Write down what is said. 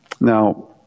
Now